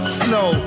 snow